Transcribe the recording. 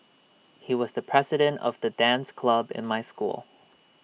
he was the president of the dance club in my school